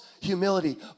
humility